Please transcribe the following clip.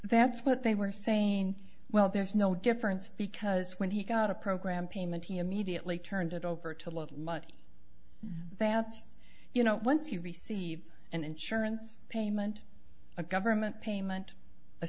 that's what they were saying well there's no difference because when he got a program payment he immediately turned it over to law much baths you know once you receive an insurance payment a government payment